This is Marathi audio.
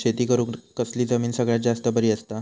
शेती करुक कसली जमीन सगळ्यात जास्त बरी असता?